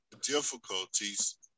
difficulties